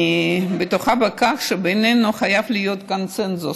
אני בטוחה שבינינו חייב להיות קונסנזוס,